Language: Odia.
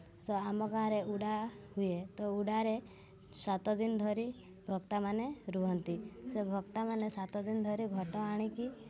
ତ ଆମ ଗାଁ'ରେ ଉଡ଼ା ହୁଏ ତ ଉଡ଼ାରେ ସାତଦିନ ଧରି ଭକ୍ତାମାନେ ରୁହନ୍ତି ସେ ଭକ୍ତାମାନେ ସାତଦିନ ଧରି ଘଟ ଆଣିକି